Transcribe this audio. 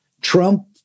Trump